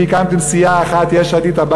הקמתם סיעה אחת: יש עתיד,